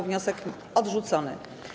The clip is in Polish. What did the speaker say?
Wniosek odrzucony.